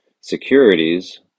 securities